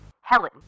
Helen